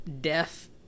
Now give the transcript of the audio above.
death